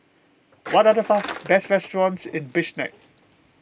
what are the fast best restaurants in Bishkek